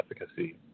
efficacy